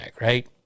right